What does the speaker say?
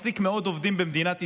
מחזיק מאות עובדים במדינת ישראל.